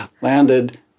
landed